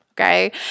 Okay